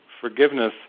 forgiveness